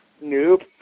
Nope